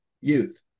youth